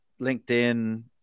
LinkedIn